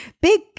Big